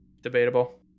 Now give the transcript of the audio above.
Debatable